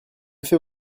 fait